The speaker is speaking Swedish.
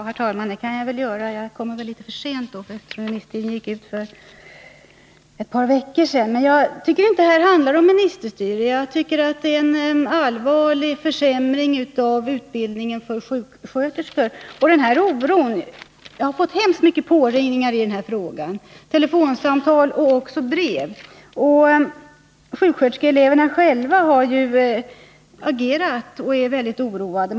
Herr talman! Det kan jag väl göra, men jag kommer väl litet för sent då, eftersom remisstiden gick ut för ett par veckor sedan. Jag tycker inte det här handlar om ministerstyre utan om en allvarlig försämring av utbildningen för sjuksköterskor. Jag har fått väldigt många påringningar i den här frågan och även brev. Sjuksköterskeeleverna själva har agerat och är mycket oroade.